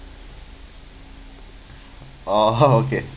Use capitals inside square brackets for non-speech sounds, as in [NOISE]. [LAUGHS] okay